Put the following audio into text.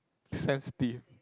sensitive